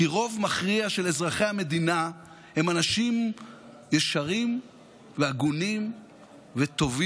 כי רוב מכריע של אזרחי המדינה הם אנשים ישרים והגונים וטובים,